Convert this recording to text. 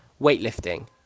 weightlifting